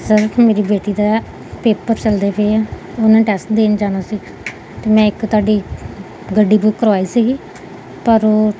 sir ਮੇਰੀ ਬੇਟੀ ਦਾ ਪੇਪਰ ਚੱਲਦੇ ਪਏ ਆ ਉਹਨਾਂ ਟੈਸਟ ਦੇਣ ਜਾਣਾ ਸੀ ਅਤੇ ਮੈਂ ਇੱਕ ਤੁਹਾਡੀ ਗੱਡੀ ਬੁੱਕ ਕਰਵਾਈ ਸੀਗੀ ਪਰ ਉਹ